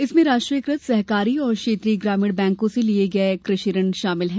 इनमें राष्ट्रीयकृत सहकारी और क्षेत्रीय ग्रामीण बैंकों से लिये गये कृषि ऋण शामिल हैं